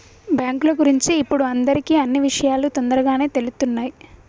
బ్యేంకుల గురించి ఇప్పుడు అందరికీ అన్నీ విషయాలూ తొందరగానే తెలుత్తున్నయ్